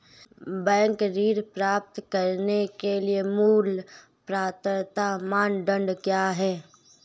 Bank ऋण प्राप्त करने के लिए मूल पात्रता मानदंड क्या हैं?